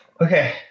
Okay